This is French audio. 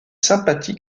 sympathies